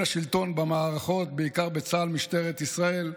השלטון במערכות, ובעיקר בצה"ל ובמשטרת ישראל.